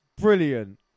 brilliant